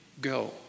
go